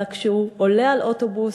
אלא כשהוא עולה על אוטובוס,